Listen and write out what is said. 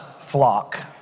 flock